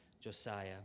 Josiah